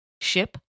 Ship